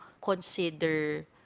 consider